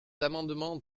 amendement